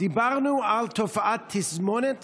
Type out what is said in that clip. דיברנו על תופעת תסמונת